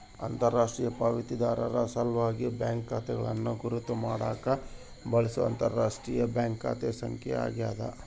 ಅಂತರರಾಷ್ಟ್ರೀಯ ಪಾವತಿದಾರರ ಸಲ್ವಾಗಿ ಬ್ಯಾಂಕ್ ಖಾತೆಗಳನ್ನು ಗುರುತ್ ಮಾಡಾಕ ಬಳ್ಸೊ ಅಂತರರಾಷ್ಟ್ರೀಯ ಬ್ಯಾಂಕ್ ಖಾತೆ ಸಂಖ್ಯೆ ಆಗ್ಯಾದ